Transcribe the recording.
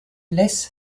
less